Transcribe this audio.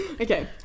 Okay